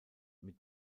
mit